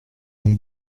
longs